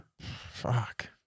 Fuck